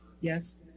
yes